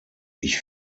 ich